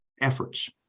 efforts